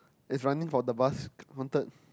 is running for the bus counted